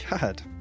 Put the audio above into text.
God